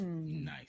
Nice